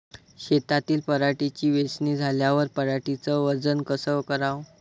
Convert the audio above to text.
शेतातील पराटीची वेचनी झाल्यावर पराटीचं वजन कस कराव?